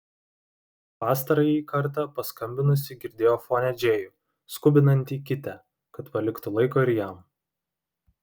pastarąjį kartą paskambinusi girdėjo fone džėjų skubinantį kitę kad paliktų laiko ir jam